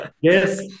yes